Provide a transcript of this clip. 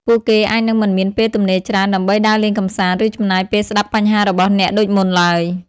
ពួកគេអាចនឹងមិនមានពេលទំនេរច្រើនដើម្បីដើរលេងកម្សាន្ត ឬចំណាយពេលស្តាប់បញ្ហារបស់អ្នកដូចមុនឡើយ។